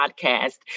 podcast